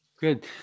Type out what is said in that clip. Good